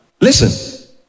Listen